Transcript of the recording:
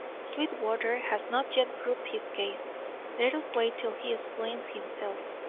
sweetwater has not yet proved his case let us wait till he explains himself.